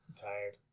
Tired